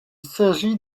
s’agit